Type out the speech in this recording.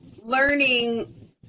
learning